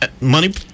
Money